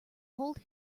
hold